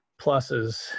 pluses